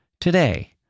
today